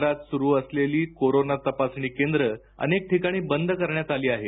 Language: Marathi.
शहरात सुरू असलेली कोरोना तपासणी केंद्र अनेक ठिकाणी बंद करण्यात आली आहेत